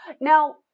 Now